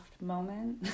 moment